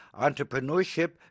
entrepreneurship